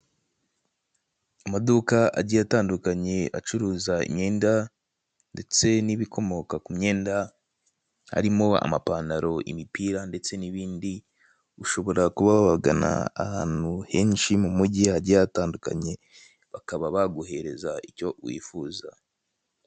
Iduka ricuruza imyenda ndetse n'ibiyikomokaho. Muri iyo myenda harimo amashati, amapantalo, imipira n'ibindi.